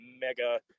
mega